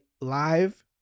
live